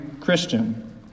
Christian